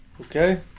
Okay